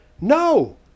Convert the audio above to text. No